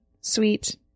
sweet